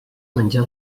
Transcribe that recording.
menjar